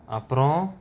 அப்ரோ:apro